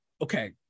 okay